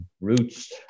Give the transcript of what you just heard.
roots